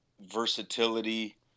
versatility